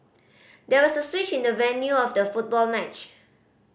there was a switch in the venue of the football match